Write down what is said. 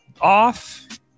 off